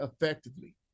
effectively